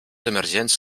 emergents